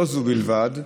לא זו בלבד,